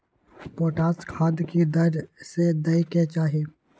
Potash खाद की दर से दै के चाही?